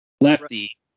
lefty